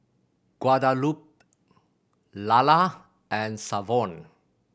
Guadalupe Lalla and Savon